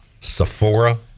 Sephora